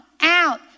out